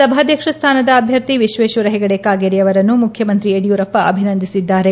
ಸಭಾಧ್ಯಕ್ಷ ಸ್ಥಾನದ ಅಭ್ಯರ್ಥಿ ವಿಕ್ವೇಶ್ವರ ಹೆಗಡೆ ಕಾಗೇರಿಯವರನ್ನು ಮುಖ್ಯಮಂತ್ರಿ ಯಡಿಯೂರಪ್ಪ ಅಭಿನಂದಿಸಿದ್ದಾರೆ